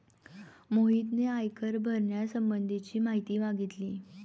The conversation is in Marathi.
मोहितने आयकर भरण्यासंबंधीची माहिती मागितली